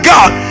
God